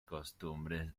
costumbres